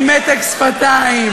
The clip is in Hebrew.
עם מתק שפתיים,